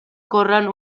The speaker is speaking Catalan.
corren